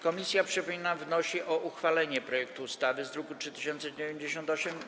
Komisja, przypominam, wnosi o uchwalenie projektu ustawy z druku nr 3098.